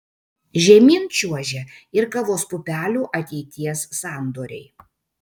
žemyn čiuožia ir kavos pupelių ateities sandoriai